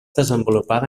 desenvolupada